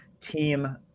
team